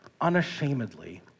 unashamedly